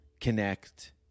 connect